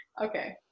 Okay